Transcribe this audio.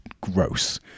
gross